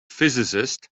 physicist